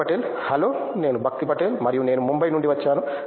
భక్తి పటేల్ హలో నేను భక్తి పటేల్ మరియు నేను ముంబై నుండి వచ్చాను